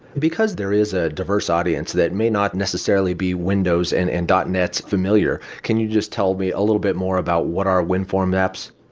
because there is a diverse audience that may not necessarily be windows and and net familiar, can you just tell me a little bit more about what are winform apps?